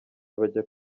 bajya